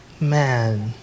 Man